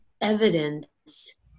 evidence